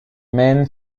mène